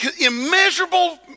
immeasurable